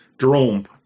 Jerome